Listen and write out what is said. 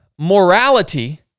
Morality